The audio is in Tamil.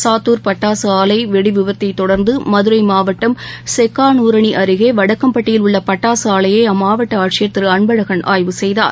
சாத்தூர் பட்டாசுஆலைவெடிவிபத்தைத் தொடர்ந்துமதுரைமாவட்டம் செக்கானூரணிஅருகேவடக்கம்பட்டியில் உள்ளபட்டாசுஆலையைஅம்மாவட்டஆட்சியர் திருஅன்பழகன் ஆய்வு செய்தார்